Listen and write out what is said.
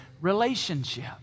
relationship